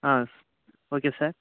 ah okay sir